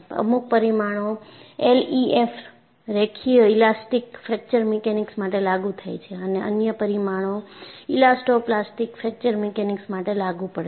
અમુક પરિમાણો એલઈએફએમ રેખીય ઈલાસ્ટીક ફ્રેકચર મિકેનિક્સ માટે લાગુ થાય છે અને અન્ય પરિમાણો ઇલાસ્ટો પ્લાસ્ટિક ફ્રેકચર મિકેનિક્સ માટે લાગુ પડે છે